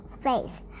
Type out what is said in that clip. face